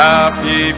Happy